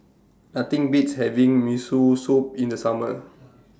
Nothing Beats having Miso Soup in The Summer